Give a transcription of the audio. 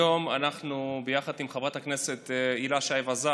היום, ביחד עם חברת הכנסת הילה שי וזאן,